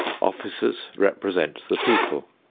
officers represent the people.